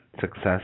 success